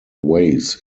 ways